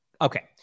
Okay